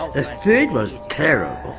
the food was terrible,